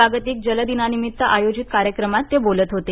जागतिक जलदिनानिमित्त आयोजित कार्यक्रमात ते बोलत होते